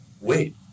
wait